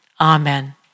Amen